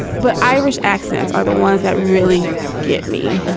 but irish accents are the ones that really get me.